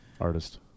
artist